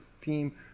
Team